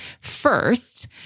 first